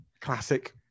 classic